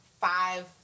five